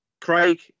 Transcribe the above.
craig